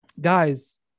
guys